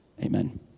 Amen